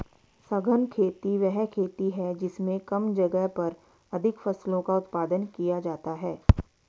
सघन खेती वह खेती है जिसमें कम जगह पर अधिक फसलों का उत्पादन किया जाता है